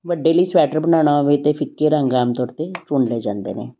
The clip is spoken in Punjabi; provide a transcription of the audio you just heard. ਵੱਡੇ ਲਈ ਸਵੈਟਰ ਬਣਾਉਣਾ ਹੋਵੇ ਤਾਂ ਫਿੱਕੇ ਰੰਗ ਆਮ ਤੌਰ 'ਤੇ ਚੁਣ ਲਏ ਜਾਂਦੇ ਨੇ